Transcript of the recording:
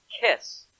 kiss